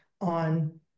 on